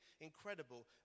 incredible